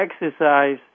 exercise